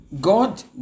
god